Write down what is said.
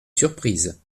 surprise